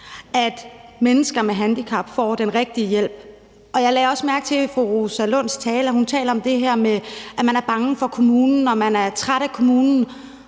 at mennesker med handicap får den rigtige hjælp. Jeg lagde også mærke til i fru Rosa Lunds tale, at hun taler om det her med, at man er bange for kommunen, og at man er træt af kommunen,